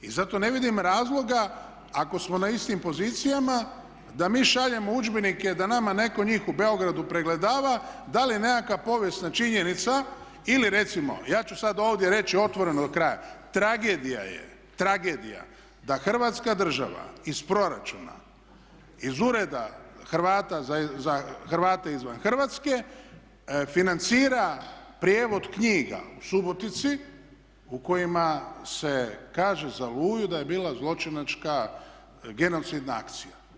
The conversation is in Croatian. I zato ne vidim razloga ako smo na istim pozicijama da mi šaljemo udžbenike da nama netko njih u Beogradu pregledava da li je nekakva povijesna činjenica ili recimo ja ću sad ovdje reći otvoreno do kraja tragedija je, tragedija da Hrvatska država iz proračuna iz Ureda za Hrvate izvan Hrvatske financira prijevod knjiga u Subotici u kojima se kaže za Oluju da je bila zločinačka genocidna akcija.